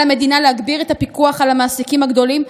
על המדינה להגביר את הפיקוח על המעסיקים הגדולים,